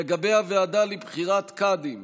לגבי הוועדה לבחירת קאדים,